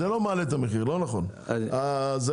זה לא מעלה את המחיר.